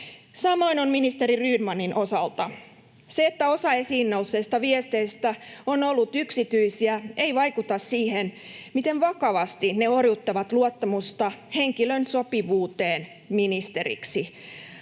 Samoin on ministeri Rydmanin osalta. Se, että osa esiin nousseista viesteistä on ollut yksityisiä, ei vaikuta siihen, miten vakavasti ne horjuttavat luottamusta henkilön sopivuuteen ministeriksi.